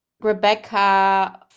Rebecca